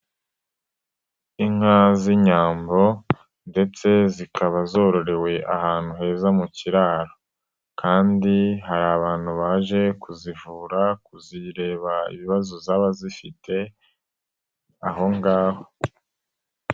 Inka z'inyambo ndetse zikaba zororewe ahantu heza mu kiraro kandi hari abantu baje kuzivura kuzireba ibibazo zaba zifite aho ngaho.